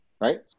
Right